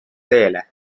teele